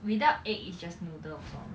without egg is just noodles orh